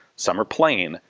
some are plain,